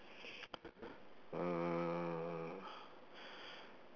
uh